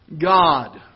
God